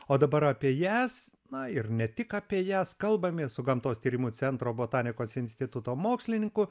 o dabar apie jas na ir ne tik apie jas kalbamės su gamtos tyrimų centro botanikos instituto mokslininku